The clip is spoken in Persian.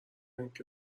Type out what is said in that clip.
اینکه